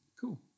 Cool